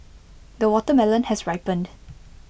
the watermelon has ripened